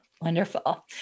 Wonderful